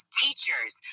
teachers